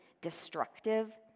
destructive